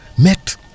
met